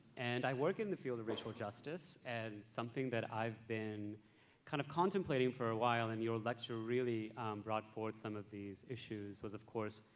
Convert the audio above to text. and i work in the field of racial justice. and something that i've been kind of contemplating for a while and your lecture really brought forward some of these issues was, of course,